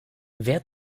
wer